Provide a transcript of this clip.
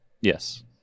Yes